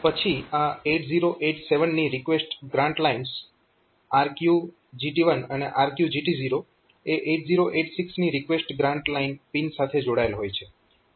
પછી આ 8087 ની રિકવેસ્ટ ગ્રાન્ટ લાઇન્સ RQGT1 અને RQGT0 એ 8086 ની રિકવેસ્ટ ગ્રાન્ટ લાઇન પિન સાથે જોડાયેલ હોય છે